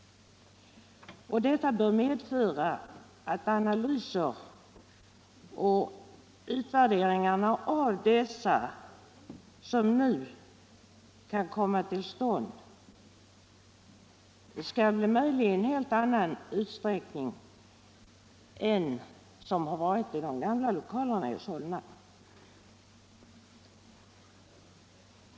Detta bör medföra att analyser och utvärderingar nu skall bli möjliga i en helt annan utsträckning än som varit fallet i de gamla lokalerna i Solna.